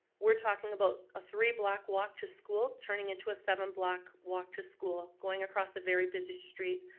we're talking about a three-block walk to school turning into a seven-block walk to school, going across a very busy street.